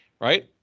right